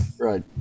Right